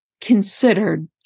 considered